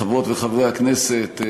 חברות וחברי הכנסת,